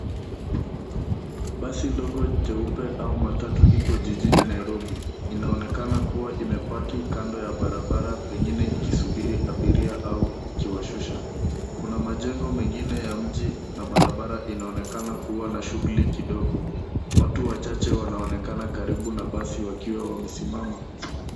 Basi ndogo jeupe au matatu ipo jijini Nairobi. Inaonekana kuwa imepaki kando ya barabara pengine ikisubiri abiria au ikiwashusha. Kuna majengo mwengine ya mji na barabara inaonekana kuwa na shughuli kidogo. Watu wachache wanaonekana karibu na basi wakiwa wamesimama.